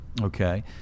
okay